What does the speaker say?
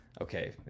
Okay